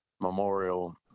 Memorial